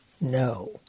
no